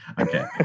Okay